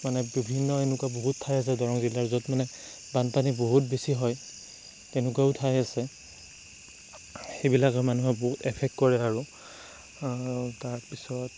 বিভিন্ন এনেকুৱা বহুত ঠাই আছে দৰং জিলাৰ য'ত মানে বানপানী বহুত বেছি হয় তেনেকুৱাও ঠাই আছে সেইবিলাকে মানুহৰ বহুত এফেক্ট কৰে আৰু তাৰপিছত